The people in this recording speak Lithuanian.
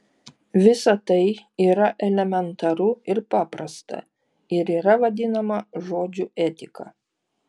visa tai yra elementaru ir paprasta ir yra vadinama žodžiu etika